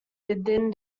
within